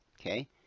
okay